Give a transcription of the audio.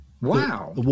wow